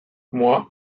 fois